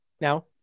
Now